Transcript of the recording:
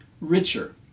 richer